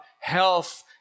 health